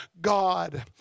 God